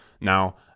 Now